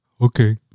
Okay